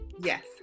Yes